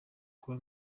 kuba